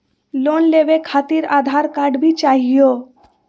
Loan लेवे खातिरआधार card भी चाहियो?